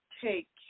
take